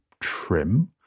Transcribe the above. trim